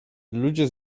ludzie